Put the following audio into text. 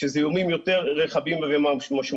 שזה איומים יותר רחבים ומשמעותיים.